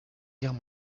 guerre